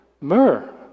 Myrrh